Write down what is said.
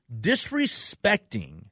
disrespecting